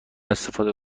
استفاده